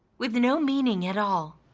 with no meaning at all.